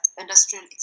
industrial